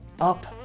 up